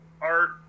art